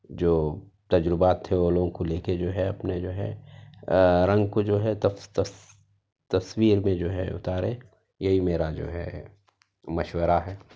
جو تجربات تھے وہ لوگ کو لے کے جو ہے اپنے جو ہے رنگ کو جو ہے تصویر میں جو ہے اُتارے یہی میرا جو ہے مشورہ ہے